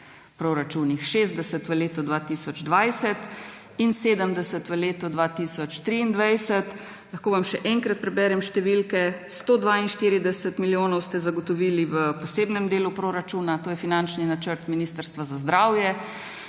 60 v letu 2020 in 70 v letu 2023. Lahko vam še enkrat preberem številke: 142 milijonov ste zagotovili v posebnem delu proračuna, to je finančni načrt Ministrstva za zdravje,